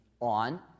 on